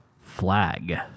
flag